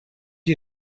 you